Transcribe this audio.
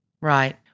Right